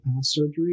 surgery